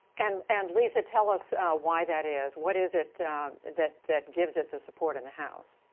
and and, lisa, tell us why that is. what is it that that gives it the support in the house?